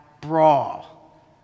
brawl